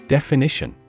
Definition